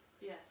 Yes